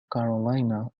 carolina